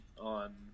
on